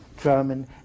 German